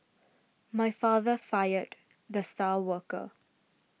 my father fired the star worker